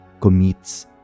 commits